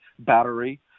battery